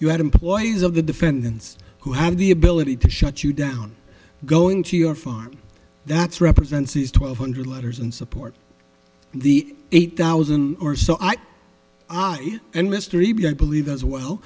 you have employees of the defendants who have the ability to shut you down going to your farm that's represents is twelve hundred letters and support the eight thousand or so i and mr e b i believe as well